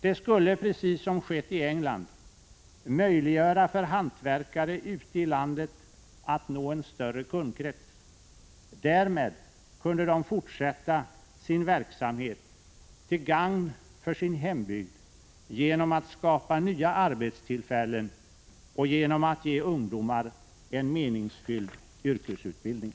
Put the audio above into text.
Det skulle — precis som skett i England —- möjliggöra för hantverkare ute i landet att nå en större kundkrets. Därmed kunde de fortsätta sin verksamhet till gagn för sin hembygd genom att skapa nya arbetstillfällen och genom att ge ungdomar en meningsfylld yrkesutbildning.